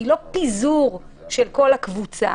היא לא פיזור של כל הקבוצה.